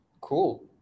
cool